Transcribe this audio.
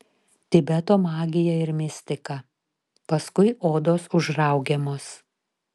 tibeto magija ir mistika paskui odos užraugiamos